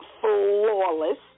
flawless